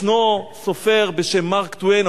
ישנו סופר בשם מארק טוויין,